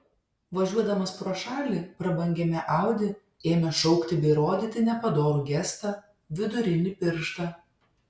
važiuodamas pro šalį prabangiame audi ėmė šaukti bei rodyti nepadorų gestą vidurinį pirštą